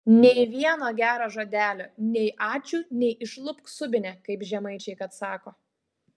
nei vieno gero žodelio nei ačiū nei išlupk subinę kaip žemaičiai kad sako